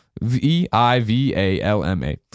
V-I-V-A-L-M-A